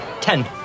Ten